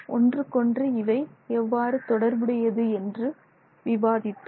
ஒன்றுக்கொன்று இவை எவ்வாறு தொடர்புடையது என்று விவாதித்தோம்